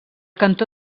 cantó